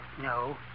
No